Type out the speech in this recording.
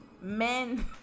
men